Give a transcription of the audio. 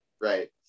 right